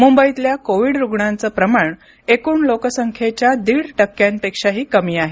मुंबईतल्या कोविड रुग्णांचं प्रमाण एकूण लोकसंख्येच्या दीड टक्क्यांपेक्षाही कमी आहे